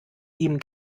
ihm